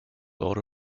lord